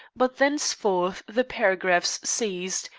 but thenceforth the paragraphs ceased,